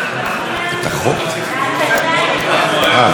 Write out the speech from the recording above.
תודה רבה.